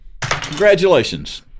Congratulations